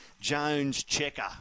Jones-Checker